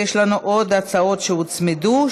ויש לנו עוד הצעות שהוצמדו,